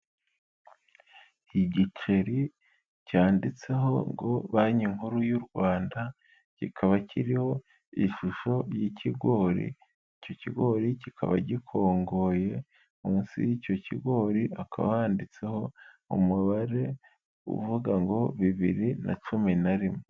Igiceri cyanditseho ngo banki nkuru y'u Rwanda kikaba kiriho ishusho y'ikigori, icyo kigori kikaba gikongoye munsi y'icyo kigori hakaba handitseho umubare uvuga ngo bibiri na cumi na rimwe.